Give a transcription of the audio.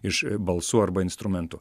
iš balsų arba instrumentų